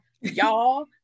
y'all